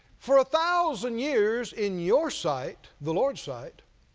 for a thousand years in your sight, the lord's sight,